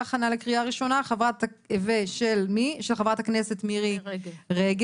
בהכנה לקריאה ראשונה ושל חברת הכנסת מירי רגב,